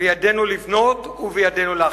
בידינו לבנות ובידינו להחריב.